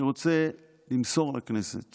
אני רוצה למסור לכנסת